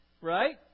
right